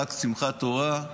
חג שמחת תורה,